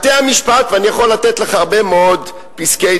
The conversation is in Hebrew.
בתי-המשפט, ואני יכול לתת לך הרבה מאוד פסקי-דין,